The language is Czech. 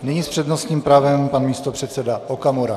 Nyní s přednostním právem pan místopředseda Okamura.